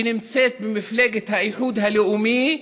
שנמצאת במפלגת האיחוד הלאומי,